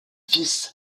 fils